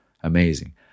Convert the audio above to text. amazing